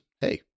hey